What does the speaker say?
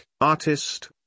artist